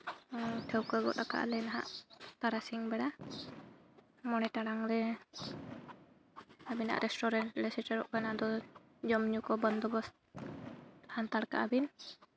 ᱴᱷᱟᱹᱣᱠᱟᱹ ᱜᱚᱫ ᱟᱠᱟᱞᱮ ᱦᱟᱸᱜ ᱛᱟᱨᱟᱥᱤᱧ ᱵᱮᱲᱟ ᱢᱚᱬᱮ ᱴᱟᱲᱟᱝ ᱨᱮ ᱟᱹᱵᱤᱱᱟᱜ ᱨᱮᱥᱴᱩᱨᱮᱱᱴ ᱞᱮ ᱥᱮᱴᱮᱨᱚᱜ ᱠᱟᱱᱟ ᱫᱚ ᱡᱚᱢᱼᱧᱩ ᱠᱚ ᱵᱚᱱᱫᱳ ᱵᱚᱥᱛᱚ ᱦᱟᱱᱛᱟᱲ ᱠᱟᱜ ᱵᱤᱱ